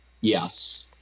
Yes